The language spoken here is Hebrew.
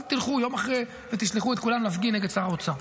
אל תלכו יום אחרי ותשלחו את כולם להפגין נגד שר האוצר.